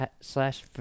slash